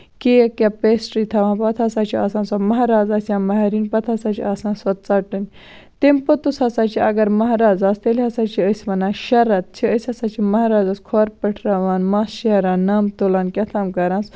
cake یاہ pastry تھاوان پَتہٕ ہسا چھِ آسان سۄ مہراز آسہِ یا مہرِن پَتہٕ ہسا چھِ آسان سۄ ژَٹٕنۍ تَمہِ پوٚتُس ہسا چھُ اَگر مہرازٕ آسہِ تیٚلہِ ہسا چھِ أسۍ وَنان شَرط چھِ أسۍ ہسا چھِ مہرازَس کھۄر پٔٹھراوان مَس شیران نَم تُلان کیاہ تام کران